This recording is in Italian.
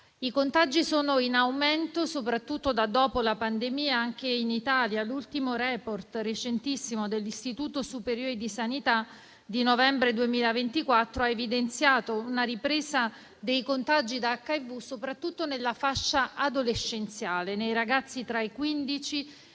I contagi sono in aumento, soprattutto da dopo la pandemia, anche in Italia. L'ultimo *report* recentissimo dell'Istituto superiore di sanità, di novembre 2024, ha evidenziato una ripresa dei contagi da HIV soprattutto nella fascia adolescenziale, nei ragazzi tra i